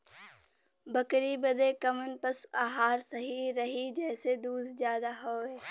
बकरी बदे कवन पशु आहार सही रही जेसे दूध ज्यादा होवे?